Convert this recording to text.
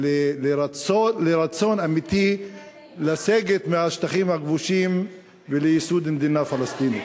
לרצון אמיתי לסגת מהשטחים הכבושים ולייסוד מדינה פלסטינית.